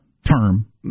term